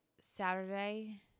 Saturday